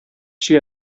she